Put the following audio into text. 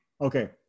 Okay